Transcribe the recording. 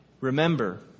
Remember